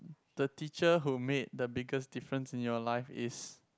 the teacher who made the biggest difference in your life is